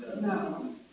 No